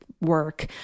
work